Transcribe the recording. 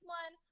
one